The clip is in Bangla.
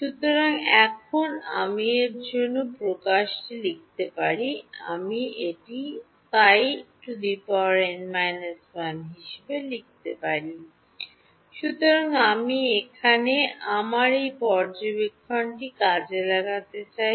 সুতরাং এখন আমি এর জন্য প্রকাশটি লিখতে পারি আমি এটি Ψn−1 হিসাবে লিখতে পারি সুতরাং আমি এখানে আমার এই পর্যবেক্ষণটি কাজে লাগাতে চাই